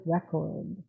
Record